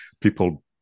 people